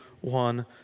one